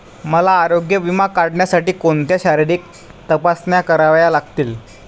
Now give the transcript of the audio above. मला आरोग्य विमा काढण्यासाठी कोणत्या शारीरिक तपासण्या कराव्या लागतील?